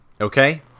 Okay